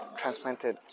transplanted